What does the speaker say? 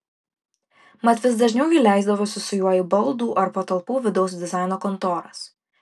mat vis dažniau ji leisdavosi su juo į baldų ar patalpų vidaus dizaino kontoras